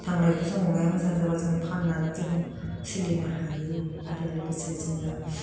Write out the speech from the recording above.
थांनायखौ जों अमाया मोजां जाबा जों फाननानै जों सोलिनो हायो आरो लोगोसे जोङो